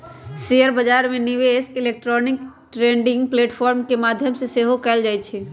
share बजार में निवेश इलेक्ट्रॉनिक ट्रेडिंग प्लेटफॉर्म के माध्यम से सेहो कएल जाइ छइ